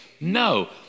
No